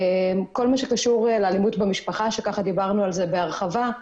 כל מה שקשור לאלימות במשפחה שדיברנו על זה בהרחבה,